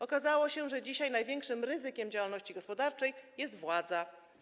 Okazało się, że dzisiaj największym ryzykiem działalności gospodarczej jest władza.